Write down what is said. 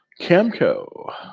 Camco